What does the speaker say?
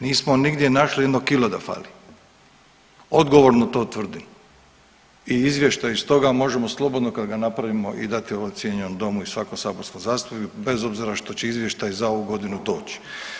Nismo nigdje našli jedno kilo da fali odgovorno to tvrdim i izvještaj i stoga možemo slobodno kad ga napravimo i dati ovom cijenjenom domu i svakom saborskom zastupniku bez obzira što će ovaj izvještaj za ovu godinu doći.